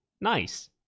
Nice